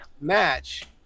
match